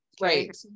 Right